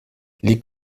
les